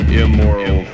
immoral